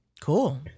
cool